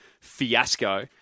fiasco